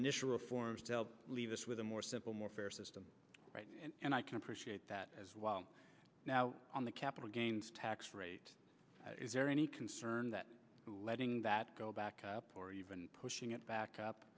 initial reforms to leave us with a more simple more fair system and i can appreciate that as well now on the capital gains tax rate is there any concern that letting that go back up or even pushing it back